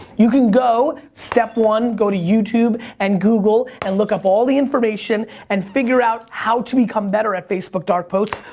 you can go, step one, go to youtube and google, and look up all the information, and figure out how to become better at facebook dark posts,